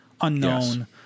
unknown